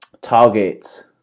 target